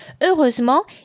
Heureusement